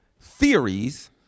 theories